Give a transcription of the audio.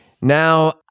Now